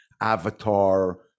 avatar